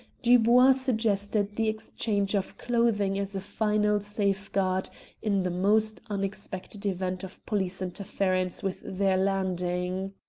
dubois suggested the exchange of clothing as a final safeguard in the most unexpected event of police interference with their landing.